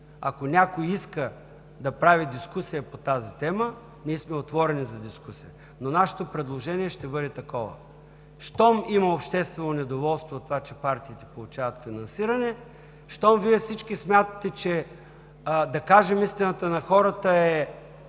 Ако някой иска да прави дискусия по тази тема, ние сме отворени за дискусията, но нашето предложение ще бъде такова. Щом има обществено недоволство от това, че партиите получават финансиране, щом всички Вие смятате, че да кажем истината на хората е